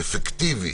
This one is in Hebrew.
אפקטיבי.